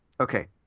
Okay